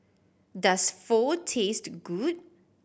does Pho taste good